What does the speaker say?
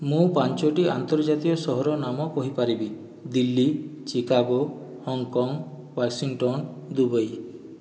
ମୁଁ ପାଞ୍ଚଟି ଆନ୍ତର୍ଜାତିକ ସହରର ନାମ କହିପାରିବି Delhi Chicago Hong Kong Washington Dubai